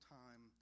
time